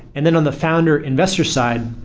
and then on the founder investor side,